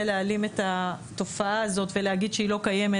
להעלים את התופעה הזאת ולהגיד שהיא לא קיימת,